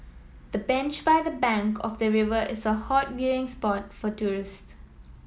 the bench by the bank of the river is a hot viewing spot for tourist